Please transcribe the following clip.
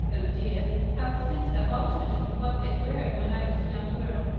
oh dear! how things have altered from what they were when i was a young girl!